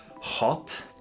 hot